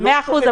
מאה אחוז,